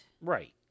Right